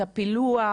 את הפילוח,